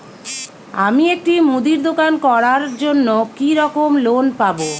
আমি একটি মুদির দোকান করার জন্য কি রকম লোন পাব?